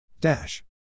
Dash